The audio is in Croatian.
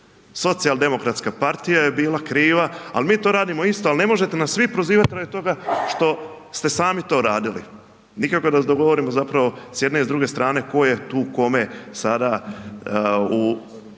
socijal-demokratska partija je bila kriva, ali mi to radimo isto, ali ne možete nas vi prozivati radi toga što ste sami to radili. Nikako da se dogovorimo zapravo s jedne i druge strane, tko je tu kome sada u